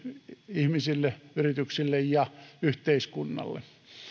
ihmisille yrityksille ja yhteiskunnalle